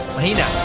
Mahina